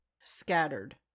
scattered